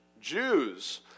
Jews